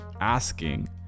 asking